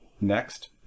Next